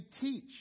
teach